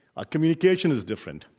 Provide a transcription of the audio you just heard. ah communication is different.